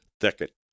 thicket